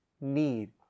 need